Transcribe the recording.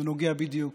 נוגע בדיוק